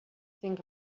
think